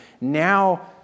now